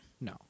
No